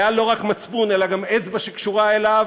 היה לא רק מצפון אלא גם אצבע שקשורה אליו,